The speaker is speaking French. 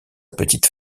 petite